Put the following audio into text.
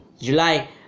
july